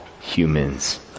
humans